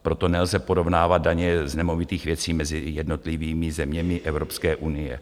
Proto nelze porovnávat daně z nemovitých věcí mezi jednotlivými zeměmi Evropské unie.